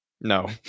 No